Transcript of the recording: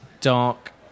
Dark